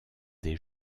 des